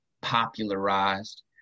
popularized